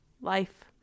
life